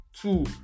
two